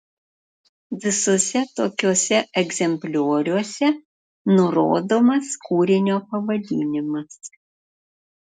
visuose tokiuose egzemplioriuose nurodomas kūrinio pavadinimas